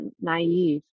naive